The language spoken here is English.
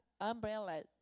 Umbrella